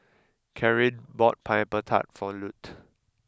Caryn bought pineapple Tart for Lute